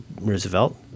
Roosevelt